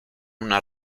una